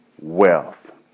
wealth